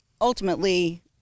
ultimately